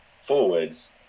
forwards